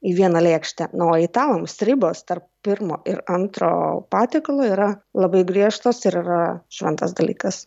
į vieną lėkštę nu o italams ribos tarp pirmo ir antro patiekalo yra labai griežtos ir yra šventas dalykas